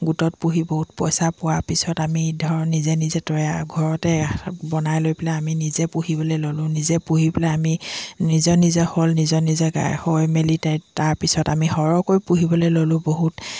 গোটত পুহি বহুত পইচা পোৱাৰ পিছত আমি ধৰ নিজে নিজে তৈয়াৰ ঘৰতে বনাই লৈ পেলাই আমি নিজে পুহিবলৈ ল'লোঁ নিজে পুহি পেলাই আমি নিজৰ নিজৰ হ'ল নিজৰ নিজৰ গাই হৈ মেলি তাৰপিছত আমি সৰহকৈ পুহিবলৈ ল'লোঁ বহুত